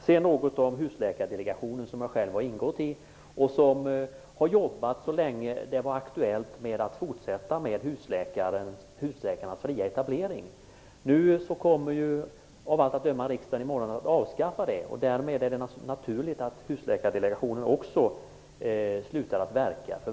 Sedan några ord om Husläkardelegationen, där jag själv ingått och som har jobbat så länge det var aktuellt att fortsätta med husläkarnas fria etablering. Av allt att döma kommer riksdagen i morgon att avskaffa denna. Därmed är det också naturligt att Husläkardelegationen slutar verka.